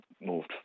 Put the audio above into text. moved